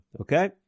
Okay